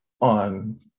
on